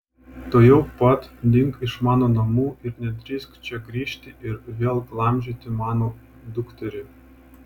tuojau pat dink iš mano namų ir nedrįsk čia grįžti ir vėl glamžyti mano dukterį